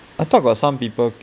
I thought got some people